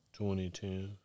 2010